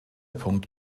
punkt